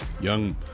young